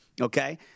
okay